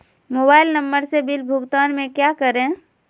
Mobile number से bill भुगतान में क्या करें?